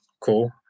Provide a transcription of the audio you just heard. cool